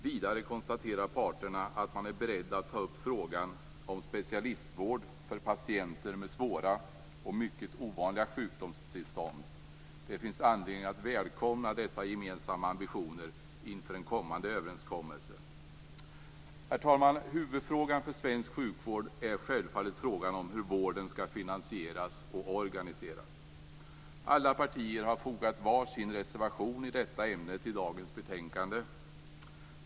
Vidare konstaterar parterna att man är beredd att ta upp frågan om specialstvård för patienter med svåra och mycket ovanliga sjukdomstillstånd. Det finns anledning att välkomna dessa gemensamma ambitioner inför en kommande överenskommelse. Herr talman! Huvudfrågan för svensk sjukvård är självfallet frågan om hur vården skall finansieras och organiseras. Alla partier har fogat var sin reservation i detta ämne till dagens betänkande.